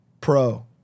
pro